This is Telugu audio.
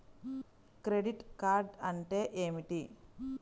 క్రెడిట్ కార్డ్ అంటే ఏమిటి?